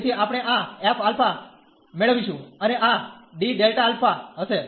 તેથી આપણે આ f આલ્ફા મેળવીશું અને આ d ડેલ્ટા આલ્ફા હશે